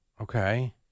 Okay